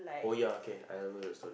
oh yeah kay I have heard the story